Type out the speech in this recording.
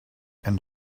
and